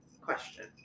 question